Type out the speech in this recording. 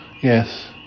Yes